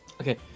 Okay